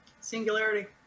singularity